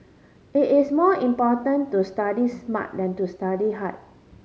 it is more important to study smart than to study hard